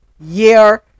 year